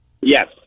Yes